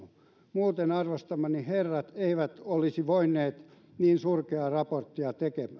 muuten arvostamani herrat eivät olisi voineet niin surkeaan raporttiin